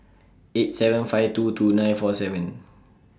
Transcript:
eight seven five two two nine four seven